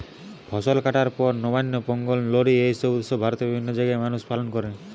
ফসল কাটার পর নবান্ন, পোঙ্গল, লোরী এই উৎসব ভারতের বিভিন্ন জাগায় মানুষ পালন কোরে